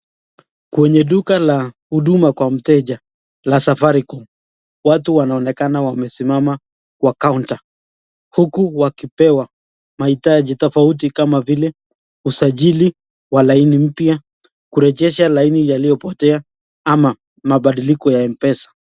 Kwenye duka la huduma kwa mteja la Safaricom ,watu wanaonekana wamesimama kwa kaunta, huku wakipewa mahitaji tofauti kama vile usajili wa laini mpya, kurejesha laini yaliyopotea ama mabadiliko ya Mpesa.